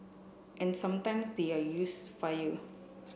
and sometimes they are use fire